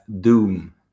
Doom